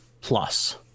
plus